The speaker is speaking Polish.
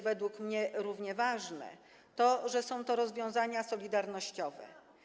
Według mnie równie ważne jest to, że są to rozwiązania solidarnościowe.